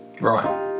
Right